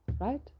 Right